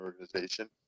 organization